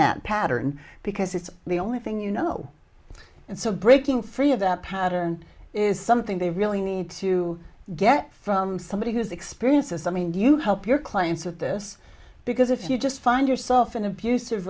that pattern because it's the only thing you know and so breaking free of that pattern is something they really need to get from somebody whose experiences i mean do you help your clients of this because if you just find yourself in abusive